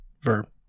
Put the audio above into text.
verb